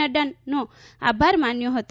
નફાનો આભાર માન્યો હતો